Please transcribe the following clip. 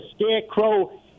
scarecrow